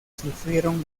sufrieron